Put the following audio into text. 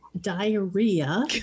diarrhea